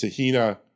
Tahina